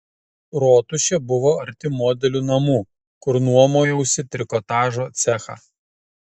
rotušė buvo arti modelių namų kur nuomojausi trikotažo cechą